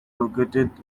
located